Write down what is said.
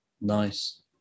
nice